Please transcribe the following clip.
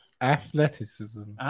athleticism